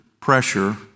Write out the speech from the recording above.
pressure